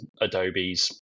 adobe's